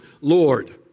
Lord